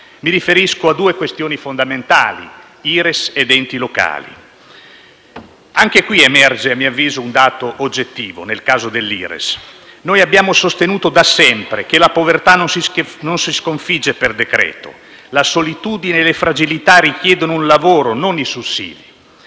Mi riferisco a due questioni fondamentali: IRES ed enti locali. Nel caso dell'IRES emerge, a mio avviso, un dato oggettivo: abbiamo sostenuto da sempre che la povertà non si sconfigge per decreto; che la solitudine e le fragilità richiedono un lavoro, non i sussidi;